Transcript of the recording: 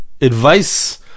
advice